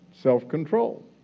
Self-control